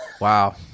Wow